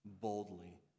boldly